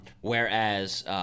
Whereas